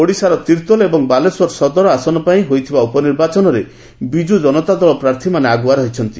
ଓଡ଼ିଶାରେ ତିର୍ତ୍ତୋଲ ଏବଂ ବାଲେଶ୍ୱର ସଦର ଆସନ ପାଇଁ ହୋଇଥିବା ଉପନିର୍ବାଚନରେ ବିଜୁ ଜନତା ଦଳ ପ୍ରାର୍ଥୀମାନେ ଆଗୁଆ ରହିଛନ୍ତି